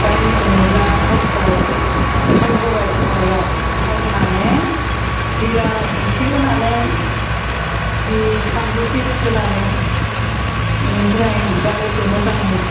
दालि सङोब्ला फार्स्टआव थाव होबाय सारायाव थाव होनानै जिरा इसे होनानै बि फानलु पियासखौ होनानै बिनिफ्राय दालिखौ मोजाङै